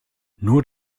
nur